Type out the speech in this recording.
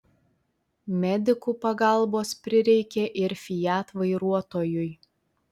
medikų pagalbos prireikė ir fiat vairuotojui